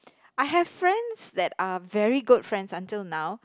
I have friends that are very good friends until now